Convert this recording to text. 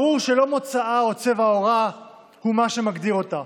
ברור שלא מוצאה או צבע עורה הוא מה שמגדיר אותה,